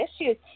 issues